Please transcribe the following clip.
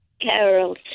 Carol